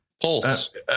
Pulse